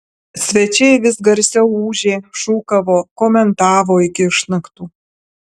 svečiai vis garsiau ūžė šūkavo komentavo iki išnaktų